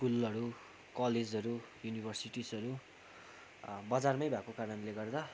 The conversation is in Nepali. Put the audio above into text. स्कुलहरू कलेजहरू युनिभर्सिटिहरू बजारमै भएको कारणले गर्दा